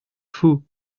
faux